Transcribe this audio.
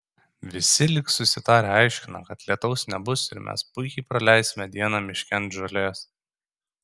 visi lyg susitarę aiškina kad lietaus nebus ir mes puikiai praleisime dieną miške ant žolės